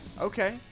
Okay